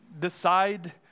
decide